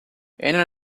என்ன